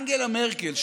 אנגלה מרקל,